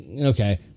Okay